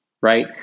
Right